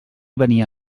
venia